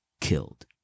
killed